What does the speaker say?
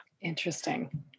Interesting